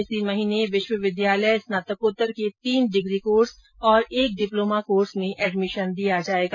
इसी महीने विश्वविद्यालय स्नातकोत्तर के तीन डिग्री कोर्स और एक डिप्लोमा कोर्स में एडमिशन दिया जायेगा